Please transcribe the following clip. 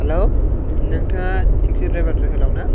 hello नोंथाङा थेखसि driver जोहोलाव ना